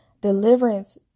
deliverance